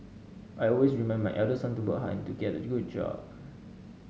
I always remind my elder son to work hard and to get a good job